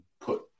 put